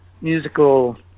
musical